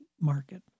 market